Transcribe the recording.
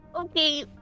Okay